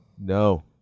No